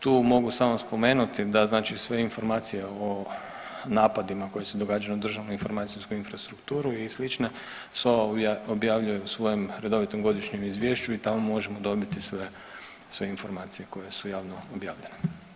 Tu mogu samo spomenuti da znači sve informacije o napadima koji se događaju na državnu informacijsku infrastrukturu i slične SOA objavljuje u svojem redovitom godišnjem izvješću i tamo možemo dobiti sve informacije koje su javno objavljene.